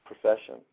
profession